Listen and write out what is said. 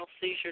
Seizure